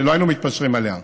שלא היינו מתפשרים עליה,